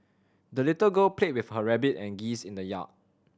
the little girl played with her rabbit and geese in the yard